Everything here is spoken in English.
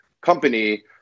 company